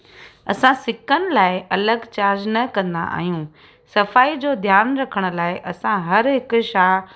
असां सिकनि लाइ अलॻि चार्ज न कंदा आहियूं सफ़ाई जो ध्यानु रखण लाइ असां हर हिकु शा